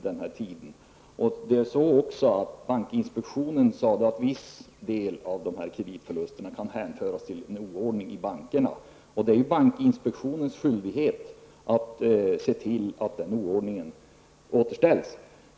Det är också riktigt att bankinspektionen sade att viss del av de här kreditförlusterna kan hänföras till en oordning i bankerna. Det är ju bankinspektionens skyldighet att se till att ordningen återställs.